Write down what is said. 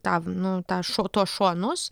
tą nu tą tuos šonus